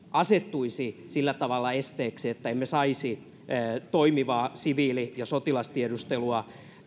asettuisi sillä tavalla esteeksi että emme saisi toimivia siviili ja sotilastiedustelulakeja